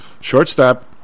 Shortstop